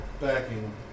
backing